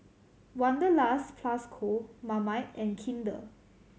Wanderlust Plus Co Marmite and Kinder